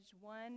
one